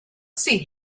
see